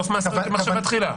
סוף מעשה במחשבה תחילה.